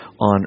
on